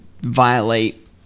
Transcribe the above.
violate